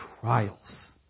trials